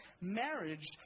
marriage